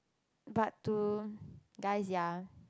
but to guys ya